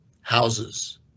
houses